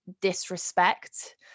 disrespect